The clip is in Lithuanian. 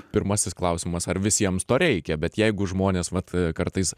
pirmasis klausimas ar visiems to reikia bet jeigu žmonės vat kartais